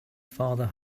father